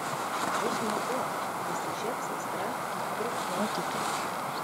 bus smagu įsižiebs aistra netrūks nuotykių